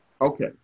Okay